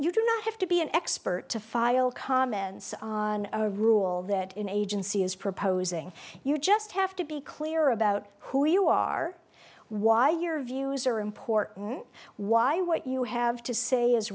you do not have to be an expert to file comments on a rule that an agency is proposing you just have to be clear about who you are why your views are important why what you have to say is